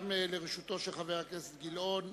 גם לרשותו של חבר הכנסת גילאון,